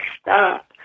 stop